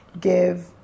give